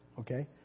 okay